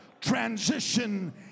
transition